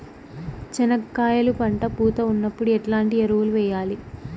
చెనక్కాయలు పంట పూత ఉన్నప్పుడు ఎట్లాంటి ఎరువులు వేయలి?